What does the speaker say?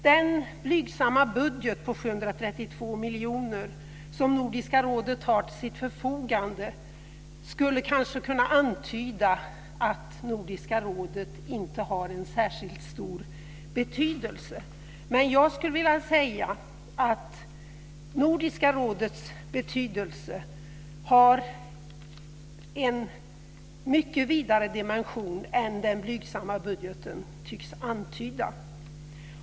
Den blygsamma budget på 732 miljoner som Nordiska rådet har till sitt förfogande skulle kanske kunna antyda att Nordiska rådet inte har en särskilt stor betydelse, men jag skulle vilja säga att Nordiska rådets betydelse har en mycket vidare dimension än den blygsamma budgeten tycks antyda.